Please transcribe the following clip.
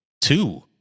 two